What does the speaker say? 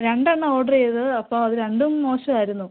രണ്ടെണ്ണം ആണ് ഓഡറ് ചെയ്തത് അപ്പോൾ അത് രണ്ടും മോശമായിരുന്നു